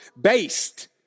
based